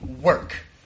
work